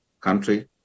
country